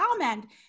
comment